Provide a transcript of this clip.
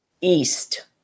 east